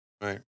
Right